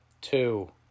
Two